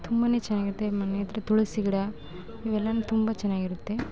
ತುಂಬನೇ ಚೆನ್ನಾಗಿರುತ್ತೆ ಮನೆ ಎದುರು ತುಳಸಿ ಗಿಡ ಇವೆಲ್ಲವೂ ತುಂಬ ಚೆನ್ನಾಗಿರುತ್ತೆ